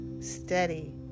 steady